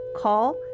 call